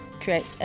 create